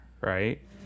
Right